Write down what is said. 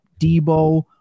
Debo